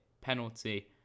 penalty